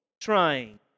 trying